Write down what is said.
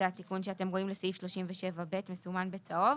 זה התיקון שאתם רואים לסעיף 37(ב) מסומן בצהוב.